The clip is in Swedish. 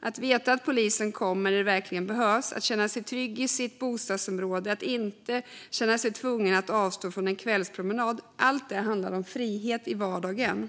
Att veta att polisen kommer när det verkligen behövs, att känna sig trygg i sitt bostadsområde, att inte känna sig tvungen att avstå från en kvällspromenad handlar om frihet i vardagen.